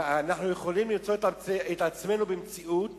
אנחנו יכולים למצוא את עצמנו במציאות